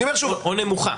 או נמוכה.